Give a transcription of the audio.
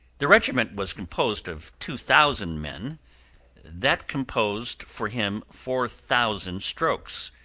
the regiment was composed of two thousand men that composed for him four thousand strokes,